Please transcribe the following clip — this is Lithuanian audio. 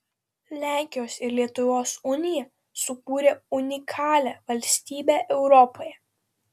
lenkijos ir lietuvos unija sukūrė unikalią valstybę europoje